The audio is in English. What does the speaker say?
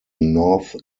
north